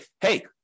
hey